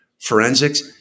forensics